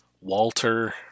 Walter